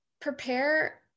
Prepare